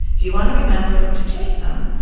if you want to remember to take them,